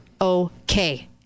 okay